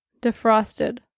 Defrosted